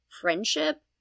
friendship